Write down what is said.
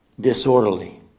disorderly